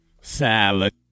salad